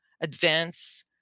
advance